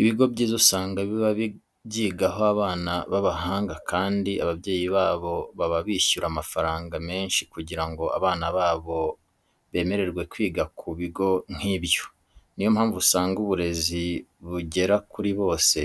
Ibigo byiza usanga biba byigaho abana b'abahanga kandi ababyeyi babo baba bishyura amafaranga menshi kugira ngo abana babo bemererwe kwiga ku bigo nk'ibyo. Niyo mpamvu usanga uburezi bugera kuri bose